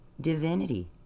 divinity